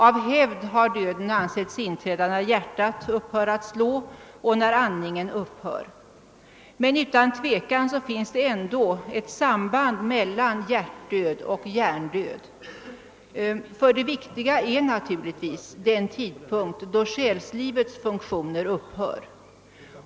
Av hävd har döden ansetts inträda när hjärtat slutar att slå och när andningen upphör, men det finns ändå ett samband mellan hjärtdöd och hjärndöd. Det viktiga är naturligtvis den tidpunkt då själslivets funktioner upphör.